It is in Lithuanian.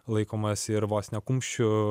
laikomas ir vos ne kumščiu